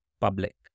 public